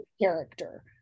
character